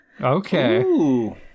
Okay